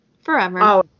forever